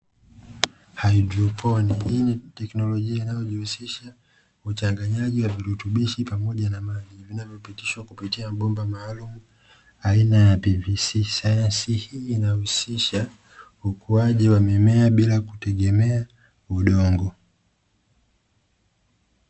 Haidroponi hii ni teknolojia inayojihusisha na uchanganyaji wa virutubishi pamoja na maji, vinavyopitishwa kupitia mabomba maalumu aina ya "PVC",sayansi hii inahusisha ukuaji wa mimea bila kutegemea udongo.